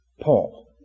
Paul